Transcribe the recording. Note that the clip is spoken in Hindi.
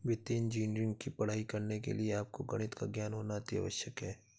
वित्तीय इंजीनियरिंग की पढ़ाई करने के लिए आपको गणित का ज्ञान होना अति आवश्यक है